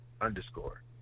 underscore